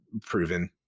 proven